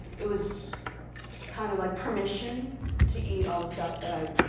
it was kind of like permission to eat all the stuff that i,